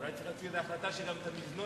אולי צריך להוציא החלטה שגם את המזנון,